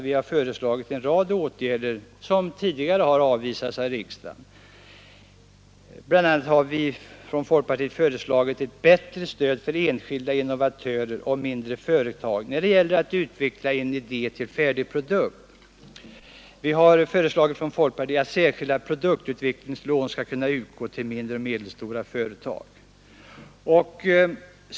Vi har föreslagit en rad åtgärder som tidigare har avvisats av riksdagen. BL. a. har vi från folkpartiet föreslagit ett bättre skydd för enskilda innovatörer och mindre företag när det gäller att utveckla en idé till färdig produkt, alltså att särskilda produktutvecklingslån skall kunna utgå till mindre och medelstora företag.